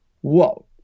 whoa